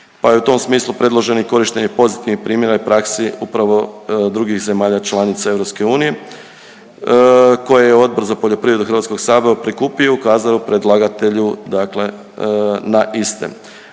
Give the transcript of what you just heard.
pa je u tom smislu predloženo i korištenje pozitivnih primjera i praksi upravo drugih zemalja članica EU koje je Odbor za poljoprivredu Hrvatskog sabora prikupio i ukazao predlagatelju dakle,